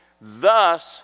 Thus